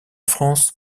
france